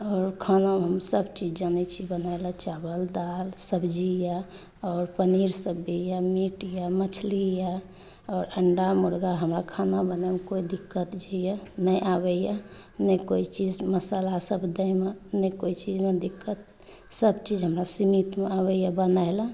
आओर खानामे हमसभ चीज जानय छी बनाइलऽ चावल दाल सब्जी यऽ आओर पनीरसभ भी यऽ मीट यऽ मछली यऽ आओर अंडा मुर्गा हमरा खाना बनाइमऽ कोइ दिक्कत जे यऽ नहि आबयए नहि कोइ चीज मसालासभ दएमऽ नहि कोइ चीजमऽ दिक्कत सभचीज हमरा सीमितमे आबयए बनाइलऽ